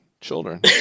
children